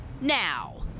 now